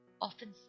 often